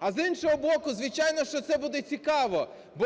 А, з іншого боку, звичайно, що це буде цікаво, бо